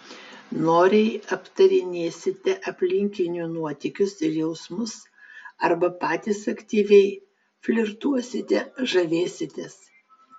noriai aptarinėsite aplinkinių nuotykius ir jausmus arba patys aktyviai flirtuosite žavėsitės